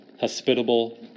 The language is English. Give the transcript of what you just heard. hospitable